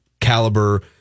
caliber